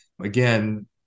again